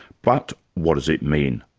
but what does it mean?